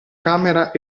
camera